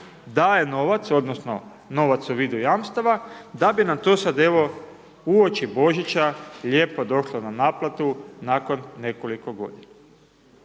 daje novac, odnosno novac u vidu jamstava da bi nam to sad evo uoči Božića lijepo došlo na naplatu nakon nekoliko godina.